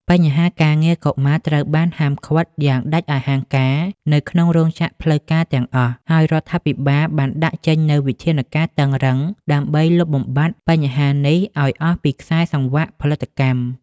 បញ្ហាការងារកុមារត្រូវបានហាមឃាត់យ៉ាងដាច់អហង្ការនៅក្នុងរោងចក្រផ្លូវការទាំងអស់ ហើយរដ្ឋាភិបាលបានដាក់ចេញនូវវិធានការតឹងរ៉ឹងដើម្បីលុបបំបាត់បញ្ហានេះឱ្យអស់ពីខ្សែសង្វាក់ផលិតកម្ម។